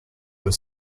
were